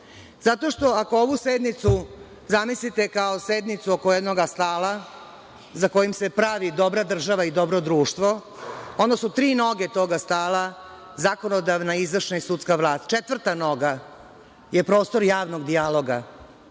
Zato što, ako ovu sednicu zamislite kao sednicu oko jednog astala za kojim se pravi dobra država i dobro društvo, onda su tri noge tog astala i zakonodavna, izvršna i sudska vlast. Četvrta noga je prostor javnog dijaloga,